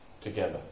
together